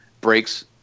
breaks